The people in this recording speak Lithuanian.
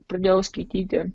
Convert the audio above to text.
pradėjau skaityti